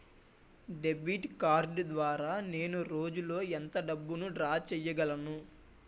Debit card ద్వారా నేను రోజు లో ఎంత డబ్బును డ్రా చేయగలను?